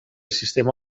sistema